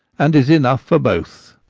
and is enough for both.